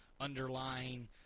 underlying